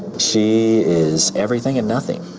she is everything and nothing.